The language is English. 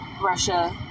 Russia